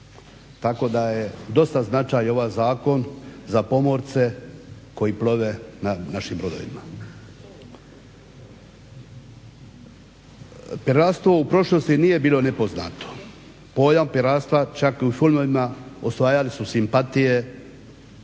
Tako da je dosta značajan ovaj zakon za pomorce koji plove na našim brodovima. Piratstvo u prošlosti nije bilo nepoznato, pojam piratstva čak i u filmovima, osvajali su simpatije